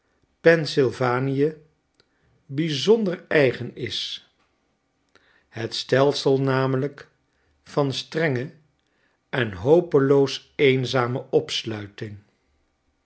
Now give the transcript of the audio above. pennsylvania bijzonder eigen is het stelsel namelijk van strenge en hopeloos eenzame opsluiting